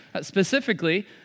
Specifically